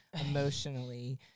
emotionally